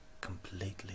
completely